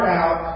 out